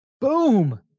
Boom